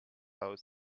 out